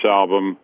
album